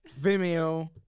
Vimeo